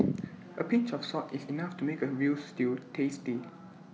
A pinch of salt is enough to make A Veal Stew tasty